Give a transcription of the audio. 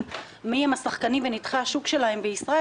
מי הם השחקנים ונתחי השוק שלהם בישראל,